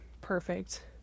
perfect